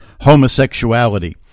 homosexuality